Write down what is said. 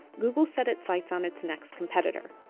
google set its sights on its next competitor,